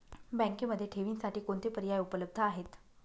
बँकेमध्ये ठेवींसाठी कोणते पर्याय उपलब्ध आहेत?